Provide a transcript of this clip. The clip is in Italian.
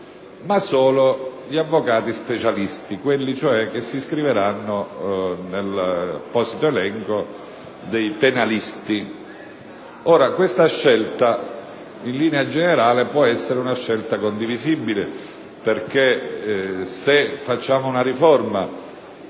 ma solo quelli specialisti, cioè quelli che si iscriveranno nell'apposito elenco dei penalisti. Questa scelta in linea generale può essere condivisibile, perché se facciamo una riforma